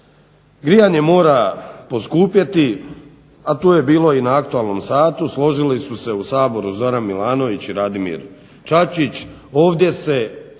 Grijanje mora poskupjeti, a tu je bilo i na aktualnom satu, složili su se u Saboru Zoran Milanović i Radimir Čačić